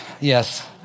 Yes